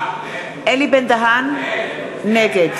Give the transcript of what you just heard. נגד